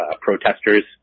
protesters